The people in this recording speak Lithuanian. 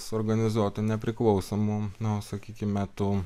suorganizuotų nepriklausomų nu sakykime tų